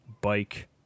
bike